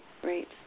great